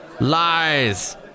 lies